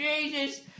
Jesus